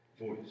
voice